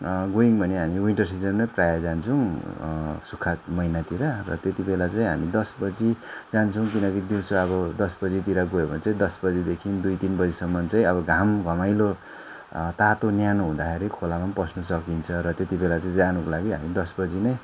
गयौँ भने हामी प्रायः विन्टर सिजनमा जान्छुौँ सुक्खा महिनातिर र त्यति बेला चाहिँ हामी दस बजी जान्छौँ किनकि दिउँसो दस बजीतिर गयौँ भने चाहिँ हामी दस बजीदेखि दुई तिन बजीसम्म चाहिँ घाम घमाइलो तातो न्यानो हुँदाखेरि खोलामा पस्नु सकिन्छ र त्यति बेला चाहिँ जानुको लागि हामी दस बजी नै